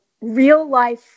real-life